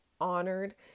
honored